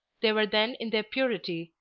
they were then in their purity,